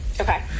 Okay